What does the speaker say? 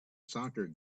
soccer